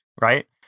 right